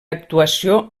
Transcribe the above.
actuació